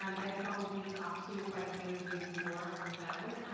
um i've probably talked to quite a few of you before on the phone,